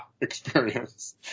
experience